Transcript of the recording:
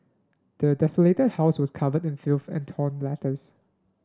the desolated house was covered in filth and torn letters